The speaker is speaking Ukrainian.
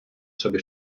собі